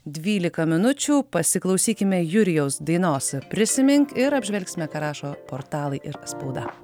dvylika minučių pasiklausykime jurijaus dainos prisimink ir apžvelgsime ką rašo portalai ir spauda